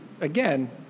again